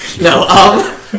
No